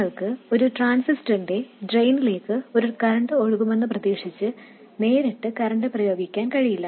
നിങ്ങൾക്ക് ഒരു ട്രാൻസിസ്റ്ററിന്റെ ഡ്രെയിനിലേക്ക് ഒരു കറന്റ് ഒഴുകുമെന്ന് പ്രതീക്ഷിച്ച് നേരിട്ട് കറന്റ് പ്രയോഗിക്കാൻ കഴിയില്ല